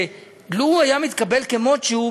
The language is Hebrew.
לו היה מתקבל כמות שהוא,